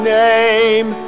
name